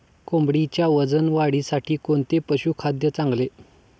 कोंबडीच्या वजन वाढीसाठी कोणते पशुखाद्य चांगले?